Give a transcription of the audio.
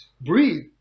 breathe